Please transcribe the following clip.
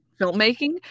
filmmaking